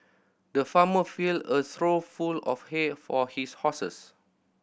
the farmer filled a trough full of hay for his horses